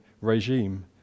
regime